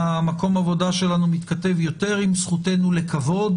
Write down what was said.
מקום העבודה שלנו מתכתב יותר עם זכותנו לכבוד